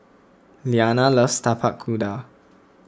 Liana loves Tapak Kuda